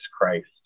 Christ